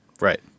Right